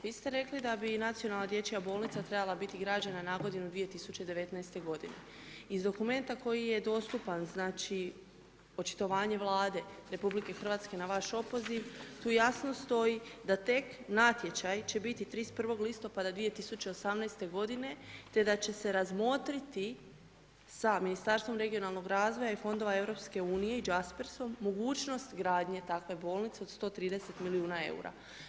Vi ste rekli da bi nacionalna dječja bolnica trebala biti građena na godinu 2019. g. Iz dokumenta koji je dostupan znači očitovanje Vlade RH na vaš opoziv, tu jasno stoji da natječaj će biti 31.10.2018. g. te da će se razmotriti sa Ministarstvom regionalnog razvoja i fondova EU, Jaspersom, mogućnost gradnje takve bolnice 130 milijuna eura.